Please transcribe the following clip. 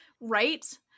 Right